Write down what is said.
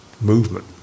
movement